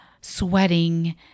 sweating